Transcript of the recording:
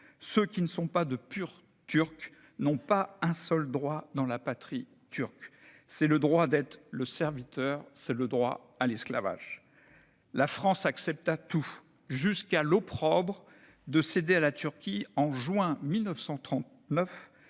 Ceux qui ne sont pas de purs Turcs n'ont qu'un seul droit dans la patrie turque : c'est le droit d'être le serviteur, c'est le droit à l'esclavage ». La France accepta tout, jusqu'à l'opprobre de céder à la Turquie, en juin 1939,